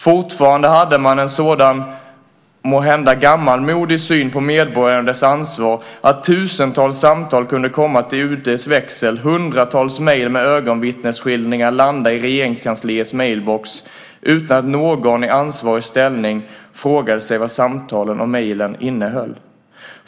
Fortfarande hade man en så måhända gammalmodig syn på medborgaren och dess ansvar att tusentals samtal kunde komma till UD:s växel och hundratals mejl med ögonvittnesskildringar landa i Regeringskansliets mejlbox utan att någon i ansvarig ställning frågade sig vad samtalen och mejlen innehöll.